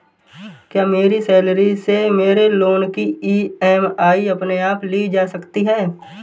क्या मेरी सैलरी से मेरे लोंन की ई.एम.आई अपने आप ली जा सकती है?